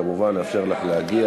כמובן, כמובן, נאפשר לך להגיע.